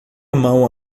mão